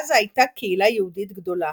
בעזה הייתה קהילה יהודית גדולה.